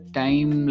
time